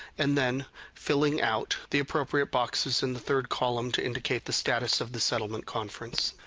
and then filling out the appropriate boxes in the third column to indicate the status of the settlement conference.